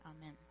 Amen